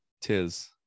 Tis